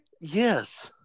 Yes